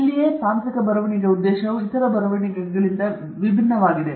ಇಲ್ಲಿಯೇ ತಾಂತ್ರಿಕ ಬರವಣಿಗೆಯ ಉದ್ದೇಶವು ಇತರ ಬರವಣಿಗೆಗಳಿಂದ ಭಿನ್ನವಾಗಿದೆ